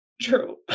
true